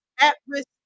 at-risk